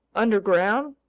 underground!